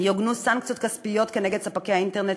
יעוגנו סנקציות כספיות כנגד ספקי האינטרנט